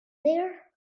there